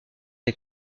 des